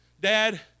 Dad